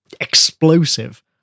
explosive